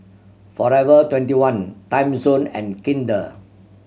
Forever Twenty one Timezone and Kinder